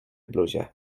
bluzie